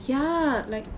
ya like